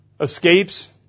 escapes